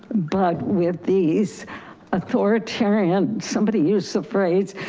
but with these authoritarian, somebody used the phrase,